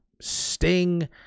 Sting